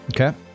Okay